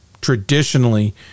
traditionally